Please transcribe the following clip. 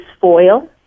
foil